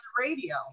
radio